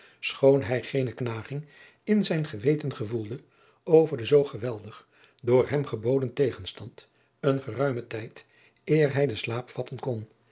schoon hij geene knaging in zijn geweten gevoelde over den zoo geweldig door hem geboden tegenstand een geruimen tijd eer hij den slaap vatten kon